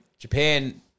Japan